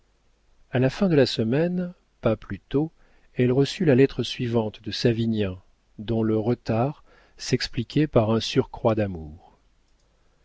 a la fin de la semaine pas plus tôt elle reçut la lettre suivante de savinien dont le retard s'expliquait par un surcroît d'amour